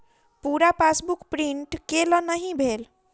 पूरा passbook print केल नहि भेल